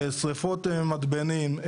שריפות מתבנים,